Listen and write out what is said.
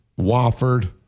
Wofford